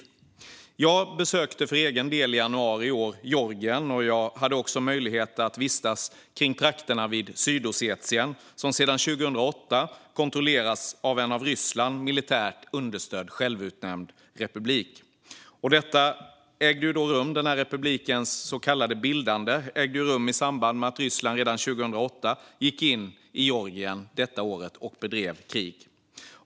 I januari i år besökte jag för egen del Georgien, och jag hade då möjlighet att vistas i trakterna kring Sydossetien som sedan 2008 kontrolleras av en av Ryssland militärt understödd självutnämnd republik. Det så kallade bildandet av denna republik ägde rum redan 2008 i samband med att Ryssland gick in Georgien och bedrev krig.